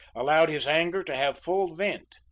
allowed his anger to have full vent,